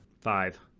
Five